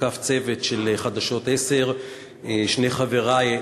הותקף צוות של "חדשות 10". שני חברַי,